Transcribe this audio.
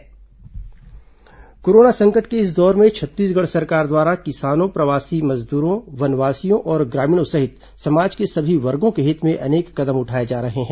मुख्यमंत्री विशेष कार्यक्रम कोरोना संकट के इस दौर में छत्तीसगढ़ सरकार द्वारा किसानों प्रवासी मजदूरों वनवासियों और ग्रामीणों सहित समाज के सभी वर्गो के हित में अनेक कदम उठाए जा रहे हैं